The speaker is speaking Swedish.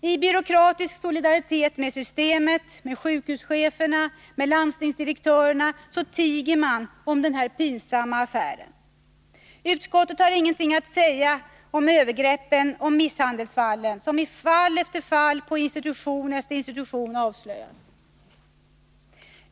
I byråkratisk solidaritet med systemet, sjukhuscheferna och landstingsdirektörerna tiger man om denna pinsamma affär. Utskottet har ingenting att säga om övergreppen, om misshandelsfallen, som avslöjas på institution efter institution.